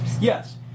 Yes